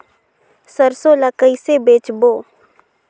सरसो ला कइसे बेचबो?